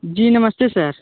जी नमस्ते सर